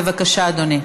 בבקשה, אדוני.